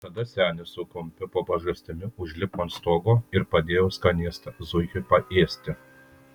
tada senis su kumpiu po pažastimi užlipo ant stogo ir padėjo skanėstą zuikiui paėsti